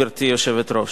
גברתי היושבת-ראש.